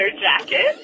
jacket